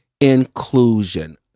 Inclusion